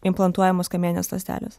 implantuojamos kamieninės ląstelės